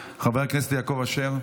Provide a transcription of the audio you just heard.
חבר הכנסת גדעון סער,